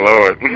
Lord